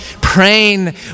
praying